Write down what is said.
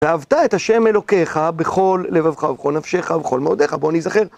ואהבת את השם אלוקיך בכל ליבך ובכל נפשך ובכל מעודיך, בוא ניזכר.